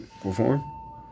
perform